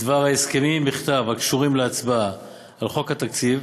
בדבר ההסכמים בכתב הקשורים להצבעה על חוק התקציב,